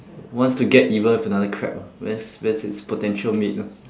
wants to get even with another crab ah where's where's its potential mate ah